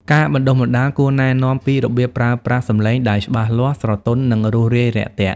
ការបណ្តុះបណ្តាលគួរណែនាំពីរបៀបប្រើប្រាស់សម្លេងដែលច្បាស់លាស់ ស្រទន់ និងរួសរាយរាក់ទាក់។